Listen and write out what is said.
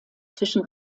zwischen